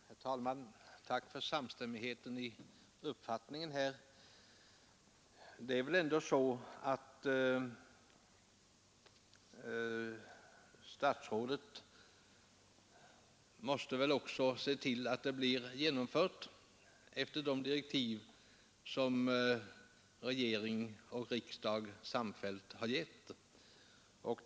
Herr talman! Tack för samstämmigheten i uppfattningen här! Statsrådet måste väl också se till att fördelningen sker efter de direktiv som regering och riksdag samfällt har givit.